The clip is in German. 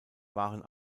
waren